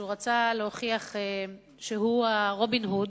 שהוא רצה להוכיח שהוא רובין הוד